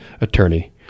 attorney